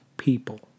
people